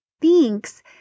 thinks